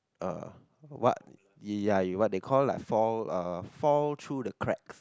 uh what ya you what they call lah fall uh fall through the cracks